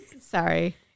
Sorry